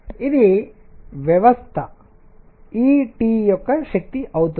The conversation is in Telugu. ఇది వ్యవస్థ E T యొక్క శక్తి అవుతుంది